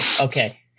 okay